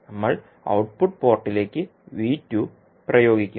നമ്മൾ ഔട്ട്പുട്ട് പോർട്ടിലേക്ക് പ്രയോഗിക്കും